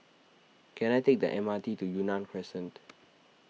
can I take the M R T to Yunnan Crescent